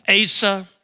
Asa